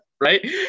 Right